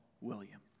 William